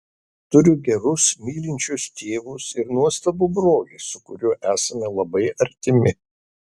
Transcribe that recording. turiu gerus mylinčius tėvus ir nuostabų brolį su kuriuo esame labai artimi